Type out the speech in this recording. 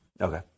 Okay